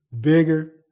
bigger